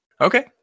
Okay